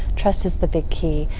trust is the big key.